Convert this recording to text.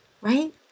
right